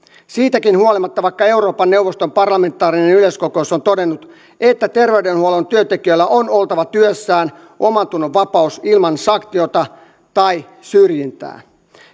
siitäkin huolimatta vaikka euroopan neuvoston parlamentaarinen yleiskokous on todennut että terveydenhuollon työntekijöillä on oltava työssään omantunnonvapaus ilman sanktiota tai syrjintää